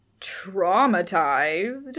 traumatized